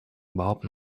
überhaupt